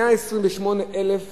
128,000